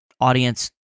audience